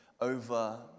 over